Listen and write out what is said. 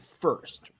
first